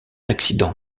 accident